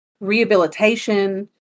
rehabilitation